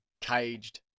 caged